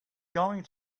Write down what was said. going